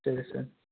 சரி சார்